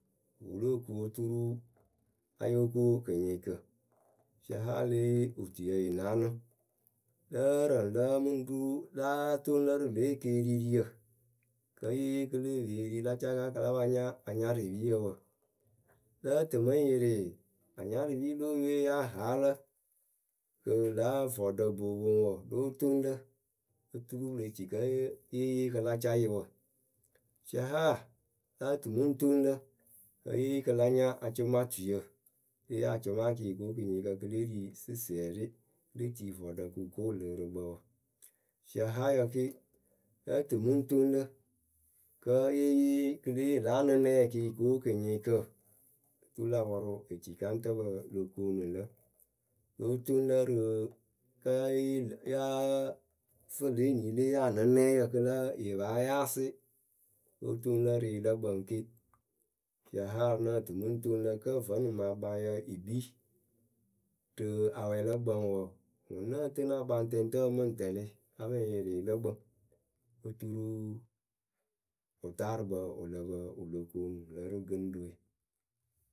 wɨ lóo kuŋ oturu ya yóo ko kɨnyɩɩkǝ. fiahaa lée yee otuyǝ yɨ naanɨ Lǝ́ǝ rǝŋ lǝ mɨ ŋ ru láa toŋ lǝ rɨ lě ekeeririyǝ Kǝ́ ye yee kɨ le pee ri la caka kɨ la pa nya anyarɨpiyǝ wǝ. Lǝ́ǝ tɨ mɨ ŋ yɩrɩ anyarɨpii le eyǝ we yáa haa lǝ Kɨ lǎ vɔɔɖǝ bo poŋ wɔɔ, lóo toŋ lǝ Oturu le ci kǝ́ yée yee kɨ la cá yɨ wɔ, fiahaa lǝ́ǝ tɨ mɨ ŋ toŋ lǝ kǝ́ yée yee kɨ la nya acʊmatuyǝ le yee acʊmaa kɨ yɨ ko kɨnyɩɩkǝ kɨ le ri sɩsiɛrɩ kɨ le tii vɔɔɖǝ kɨ wɨ ko wɨlɨɨrɨkpǝ wǝ Fiahayǝ ke lǝ́ǝ tɨ mɨ ŋ toŋ lǝ kǝ́ yée yee kɨ le yee lǎ anɨnɛɛ kɨ yɨ ko kɨnyɩɩkǝ oturu la pɔrʊ ecikaŋtǝpǝ lo koonu lǝ Lóo toŋ lǝ rɨ kǝ́ yɨ lǝ yǝ́ǝ fɨ lě nii le yee anɨnɛyǝ kɨ la yɨ paa yaasɩ, lóo toŋ lǝ rɨ yɨlǝ kpǝŋ ke Fiahaa ŋ nǝ́ǝ tɨ mɨ ŋ toŋ lǝ kǝ́ vǝ́nɨŋ mɨ akpaŋyǝ yɨ kpii rɨ awɛ lǝ kpǝŋ wɔɔ, ŋwʊ ŋ nǝ́ǝ tɨnɨ akpaŋtɛŋtǝpǝ mɨ ŋ tɛlɩ a pɨ ŋ yɩrɩɩ lǝ kpǝŋ. Oturu wɨtaarɨkpǝ wɨ lǝ pǝ wɨ lo koonu lǝ rɨ gɨŋɖɨwe.